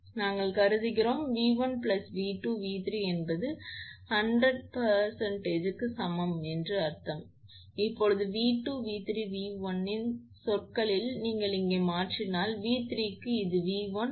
நாங்கள் கருதுகிறோம் 𝑉1 𝑉2 𝑉3 என்பது 100 க்கு சமம் என்று அர்த்தம் இப்போது 𝑉2 𝑉3 𝑉1 இன் சொற்களில் நீங்கள் இங்கே மாற்றினால் 𝑉3 க்கு இது 𝑉1 என்ற அடிப்படையில் கிடைக்கும்